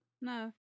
No